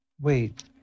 Wait